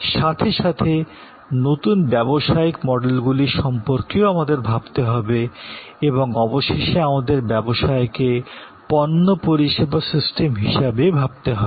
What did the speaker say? সাথে সাথে নতুন ব্যবসায়িক মডেলগুলির সম্পর্কেও আমাদের ভাবতে হবে এবং অবশেষে আমাদের ব্যবসায়েকে পণ্য পরিষেবা সিস্টেম হিসাবে ভাবতে হবে